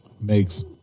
makes